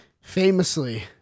famously